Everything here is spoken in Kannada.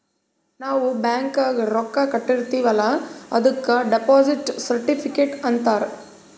ನಾವ್ ಬ್ಯಾಂಕ್ಗ ರೊಕ್ಕಾ ಕಟ್ಟಿರ್ತಿವಿ ಅಲ್ಲ ಅದುಕ್ ಡೆಪೋಸಿಟ್ ಸರ್ಟಿಫಿಕೇಟ್ ಅಂತಾರ್